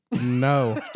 No